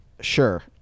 Sure